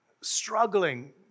struggling